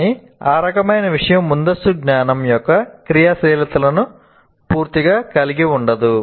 కానీ ఆ రకమైన విషయం ముందస్తు జ్ఞానం యొక్క క్రియాశీలతను పూర్తిగా కలిగి ఉండదు